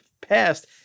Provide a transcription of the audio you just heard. past